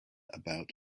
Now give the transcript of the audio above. about